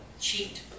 cheat